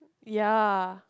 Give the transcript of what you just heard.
ya